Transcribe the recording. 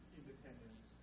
independence